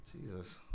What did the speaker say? Jesus